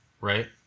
right